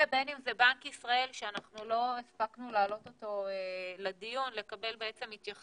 ובין אם זה בנק ישראל שאנחנו לא הספקנו להעלות אותו לדיון לקבל התייחסות